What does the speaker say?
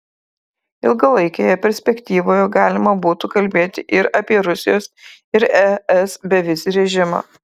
ilgalaikėje perspektyvoje galima būtų kalbėti ir apie rusijos ir es bevizį režimą